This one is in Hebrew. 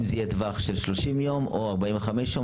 אם זה יהיה טווח של 30 או 45 יום,